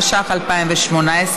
התשע"ח 2018,